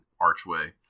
archway